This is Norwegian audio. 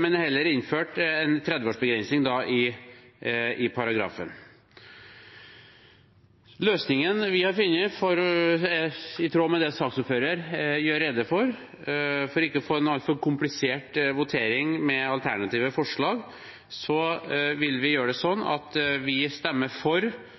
men heller innført en 30-årsbegrensning i paragrafen. Løsningen vi har funnet, er i tråd med det saksordføreren gjorde rede for: For ikke å få en altfor komplisert votering med alternative forslag vil vi stemme for romertall II, da vi mener at både aktivitetsplikten og dette med norskopplæring eller samiskopplæring skal gjelde for